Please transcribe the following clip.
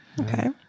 Okay